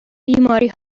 بیماری